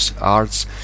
Arts